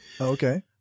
Okay